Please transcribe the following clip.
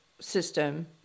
system